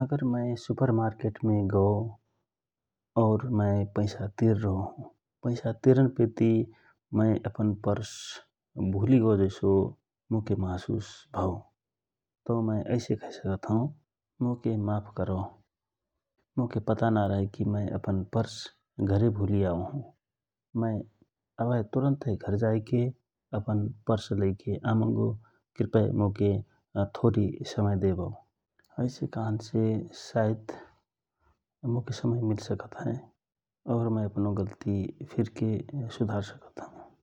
अगर मय supermarket मे गौ और मय पैसा तिर रहौ हौ पैसा तिरन पेति मय अपन परस भुलिगौ जैसोमोके महसुस भव तव मय ऐसे कहिसकत हौ मोके माफ करौ मोके पता नरहए कि मय अपन परस घर भुलिआओ हौ मय अभय तुरन्तय घर जाइके अपन परस लैके आमंगो कृपय मोके थोरी समय देवौ एसे कहन्से साइत मोके समय मिल सकत हए । मय अफनो गल्ति फिरके सुधार सकत हौ ।